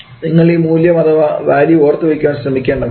നിങ്ങൾ ഈ മൂല്യം അഥവാ വാല്യൂ ഓർത്തുവയ്ക്കാൻ ശ്രമിക്കേണ്ടതാണ്